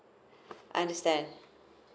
understand